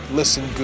listen